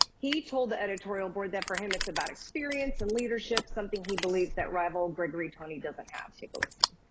he told the editorial board that for him it's about experience and leadership, something he believes that rival, gregory tony, doesn't have, take a listen.